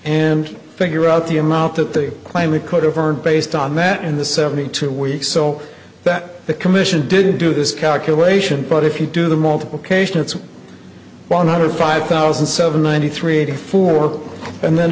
and figure out the amount that they claim we could have earned based on that in the seventy two weeks so that the commission didn't do this calculation but if you do the multiplication it's one hundred five thousand seven hundred three eighty four and then